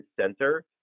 center